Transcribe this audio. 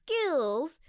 skills